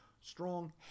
strong